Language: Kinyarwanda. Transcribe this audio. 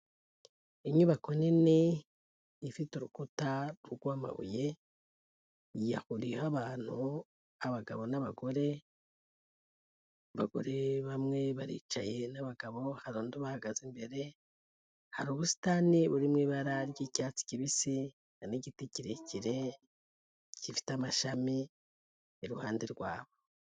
Inyubako nini ifite urukuta rw'amabuye, yahuriyeho abantu, abagabo n'abagore, abagore bamwe baricaye n'abagabo bahagaze, imbere hari ubusitani buri mu ibara ry'icyatsi kibisi n'igiti kirekire gifite amashami iruhande rwabo.